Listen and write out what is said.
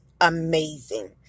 amazing